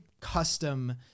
Custom